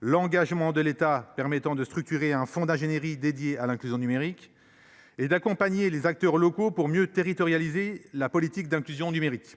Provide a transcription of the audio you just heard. l’engagement de l’État à structurer un fonds d’ingénierie dédié à cette inclusion et à accompagner les acteurs locaux pour mieux territorialiser la politique en la matière.